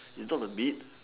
it's not the meat